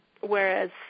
whereas